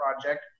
project